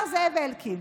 אמר זאב אלקין: